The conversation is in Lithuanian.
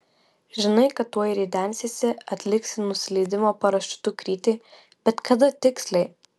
žinai kad tuoj ridensiesi atliksi nusileidimo parašiutu krytį bet kada tiksliai